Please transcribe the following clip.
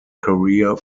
career